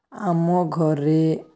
ଆମ ଘରେ